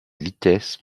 vitesses